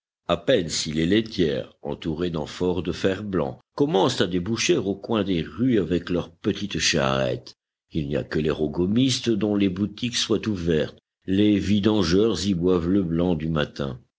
à peine si les laitières entourées d'amphores de fer-blanc commencent à déboucher au coin des rues avec leurs petites charrettes il n'y a que les rogomistes dont les boutiques soient ouvertes les vidangeurs y boivent le blanc du matin